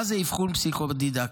מה זה אבחון פסיכו-דידקטי?